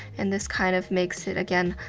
and this kind of makes it, again,